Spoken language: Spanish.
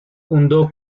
fundó